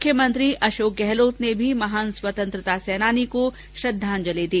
मुख्यमंत्री अशोक गहलोत ने भी महान स्वतंत्रता सेनानी को श्रद्वाजंलि दी